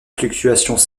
fluctuations